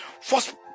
first